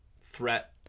threat